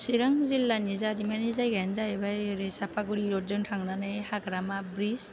चिरां जिल्लानि जारिमिनारि जायगानो जाहैबाय ओरै साफागुरि रदजों थांनानै हाग्रामा ब्रिस